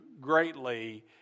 greatly